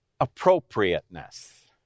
appropriateness